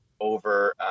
over